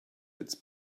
its